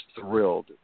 thrilled